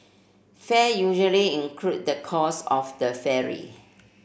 fare usually include the cost of the ferry